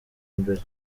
mbere